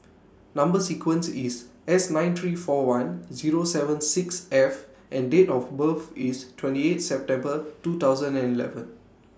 Number sequence IS S nine three four one Zero seven six F and Date of birth IS twenty eight September two thousand and eleven